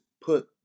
put